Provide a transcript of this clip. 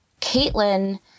Caitlin